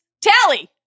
tally